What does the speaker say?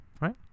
right